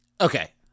Okay